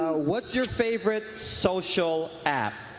ah what is your favorite social app.